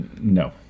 No